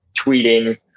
tweeting